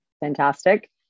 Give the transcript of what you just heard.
fantastic